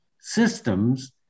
systems